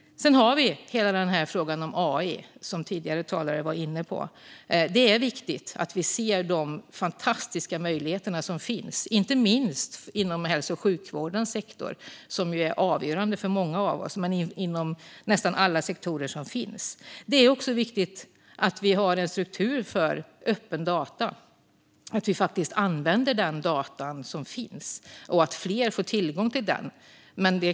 Sedan har vi hela frågan om AI, som tidigare talare var inne på. Det är viktigt att vi ser de fantastiska möjligheter som finns, inte minst inom hälso och sjukvårdens sektor, som ju är avgörande för många av oss men också inom nästan alla sektorer som finns. Det är även viktigt att ha en struktur för öppna data, att vi använder den data som finns och att fler får tillgång till den.